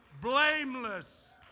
blameless